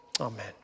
Amen